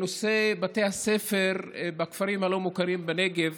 נושא בתי הספר בכפרים הלא-מוכרים בנגב,